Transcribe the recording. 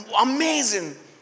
amazing